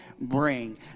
bring